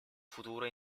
futuro